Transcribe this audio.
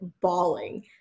bawling